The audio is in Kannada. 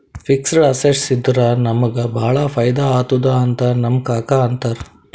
ಫಿಕ್ಸಡ್ ಅಸೆಟ್ಸ್ ಇದ್ದುರ ನಮುಗ ಭಾಳ ಫೈದಾ ಆತ್ತುದ್ ಅಂತ್ ನಮ್ ಕಾಕಾ ಅಂತಾರ್